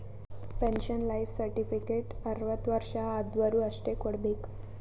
pension life certificate ಅರ್ವತ್ ವರ್ಷ ಆದ್ವರು ಅಷ್ಟೇ ಕೊಡ್ಬೇಕ